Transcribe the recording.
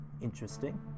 Interesting